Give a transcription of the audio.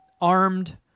armed